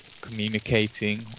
communicating